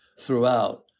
throughout